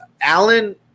Allen